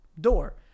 door